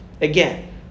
Again